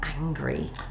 angry